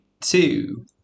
two